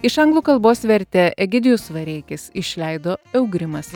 iš anglų kalbos vertė egidijus vareikis išleido eugrimas